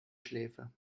schläfe